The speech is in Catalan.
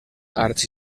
arts